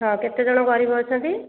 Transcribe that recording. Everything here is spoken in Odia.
ହଁ କେତେ ଜଣ ଗରିବ ଅଛନ୍ତି